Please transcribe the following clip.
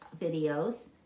videos